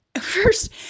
first